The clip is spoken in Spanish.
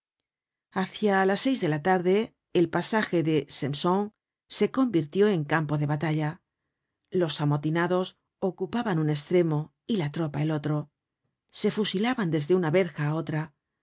hacia las seis de la tarde el pasaje de saimson se convirtió en campo de batalla los amotinados ocupaban un estremo y la tropa el otro se fusilaban desde una verja á otra